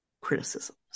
criticisms